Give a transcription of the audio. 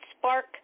spark